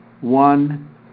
one